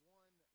one